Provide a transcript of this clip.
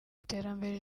iterambere